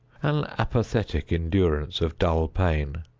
an apathetic endurance of dull pain.